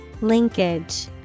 Linkage